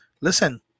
Listen